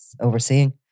overseeing